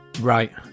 Right